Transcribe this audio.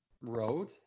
road